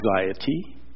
anxiety